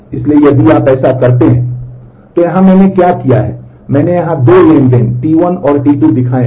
इसलिए यदि आप ऐसा करते हैं तो यहां मैंने क्या किया है मैंने यहां 2 ट्रांज़ैक्शन T1 और T2 दिखाए हैं